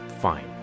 fine